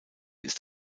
ist